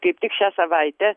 kaip tik šią savaitę